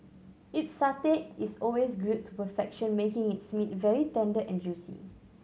its satay is always grilled to perfection making its meat very tender and juicy